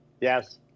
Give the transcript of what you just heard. Yes